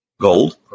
Gold